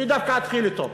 אני דווקא אתחיל אתו,